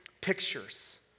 pictures